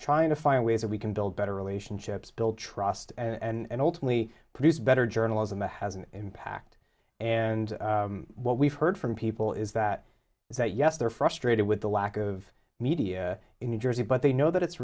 trying to find ways that we can build better relationships build trust and ultimately produce better journalism has an impact and what we've heard from people is that that yes they're frustrated with the lack of media in new jersey but they know that it's